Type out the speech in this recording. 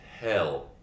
hell